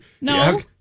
No